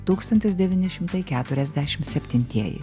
tūkstantis devyni šimtai keturiasdešimt septintieji